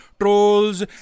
trolls